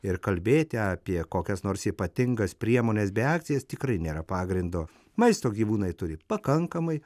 ir kalbėti apie kokias nors ypatingas priemones bei akcijas tikrai nėra pagrindo maisto gyvūnai turi pakankamai